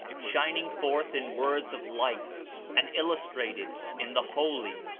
shining forth in words of light and illustrated in the holy,